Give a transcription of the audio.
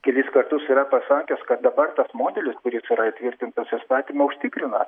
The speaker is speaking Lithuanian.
kelis kartus yra pasakęs kad dabar tas modelis kuris yra įtvirtintas įstatymo užtikrina